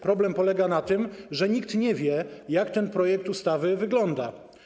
Problem polega na tym, że nikt nie wie, jak ten projekt ustawy wygląda.